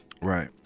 Right